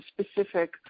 specific